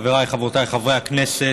חבריי וחברותיי חברי הכנסת,